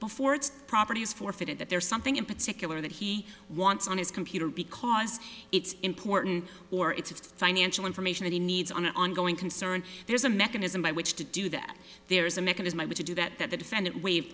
before its properties forfeited that there's something in particular that he wants on his computer because it's important or it's a financial information he needs on an ongoing concern there's a mechanism by which to do that there is a mechanism by which to do that that the defendant waive